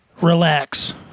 relax